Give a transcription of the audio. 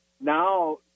Now